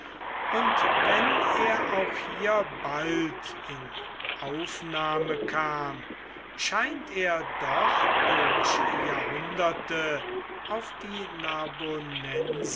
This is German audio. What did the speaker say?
und wenn er auch hier bald in aufnahme kam scheint er doch durch jahrhunderte auf die